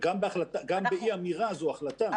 גם באי אמירה זו החלטה.